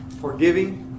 forgiving